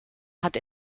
hat